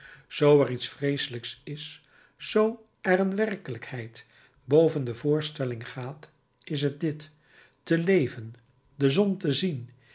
zoo er iets vreeselijks is zoo er een werkelijkheid boven de voorstelling gaat is het dit te leven de zon te zien